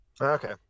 Okay